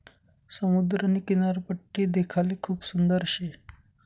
समुद्रनी किनारपट्टी देखाले खूप सुंदर शे